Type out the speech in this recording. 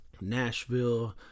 Nashville